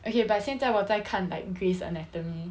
okay but 现在我在看 like grey's anatomy